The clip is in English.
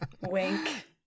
Wink